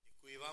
Děkuji vám.